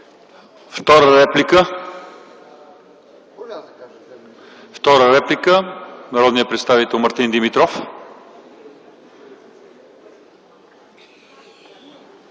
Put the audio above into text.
Втора реплика? За втора реплика – народният представител Мартин Димитров.